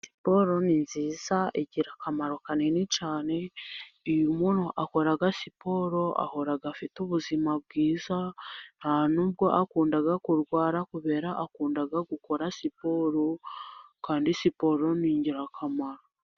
Siporo ni nziza, igira akamaro kanini cyane, iyo umuntu akora siporo ahora afite ubuzima bwiza, nta n'ubwo akunda kurwara, kubera akunda gukora siporo, kandi siporo ni ingirakamaro.